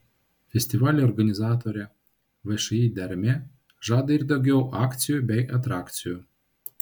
festivalio organizatorė všį dermė žada ir daugiau akcijų bei atrakcijų